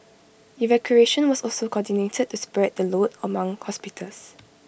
evacuation was also coordinated to spread the load among hospitals